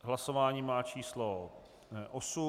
Hlasování má číslo 8.